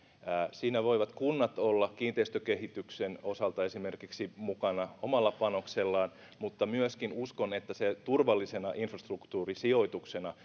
siinä voivat esimerkiksi kunnat olla kiinteistökehityksen osalta mukana omalla panoksellaan mutta myöskin uskon että se turvallisena infrastruktuurisijoituksena